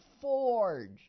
Forge